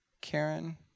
Karen